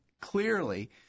clearly